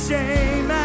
Shame